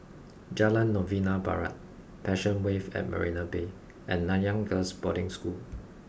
Jalan Novena Barat Passion Wave at Marina Bay and Nanyang Girls' Boarding School